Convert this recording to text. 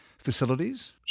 facilities